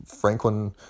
Franklin